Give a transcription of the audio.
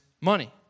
money